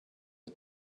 are